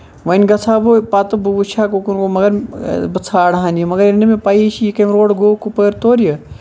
وۄنۍ گژھٕ ہا بہٕ پَتہٕ بہٕ وٕچھ ہا یہِ کُکُن گوٚو مَگر بہٕ ژھانڑہن یہِ مَگر ییٚلہِ نہٕ مےٚ پَیٚیہِ چھِ یہِ کمہِ روڈٕ گوٚو کَپٲرۍ توٚر یہِ